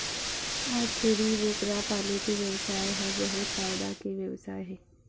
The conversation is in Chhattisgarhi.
आज छेरी बोकरा पाले के बेवसाय ह बहुत फायदा के बेवसाय हे